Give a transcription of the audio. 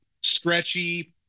stretchy